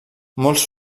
molts